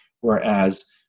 Whereas